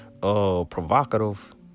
provocative